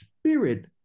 spirit